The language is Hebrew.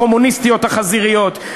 הקומוניסטיות החזיריות,